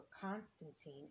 Constantine